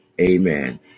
amen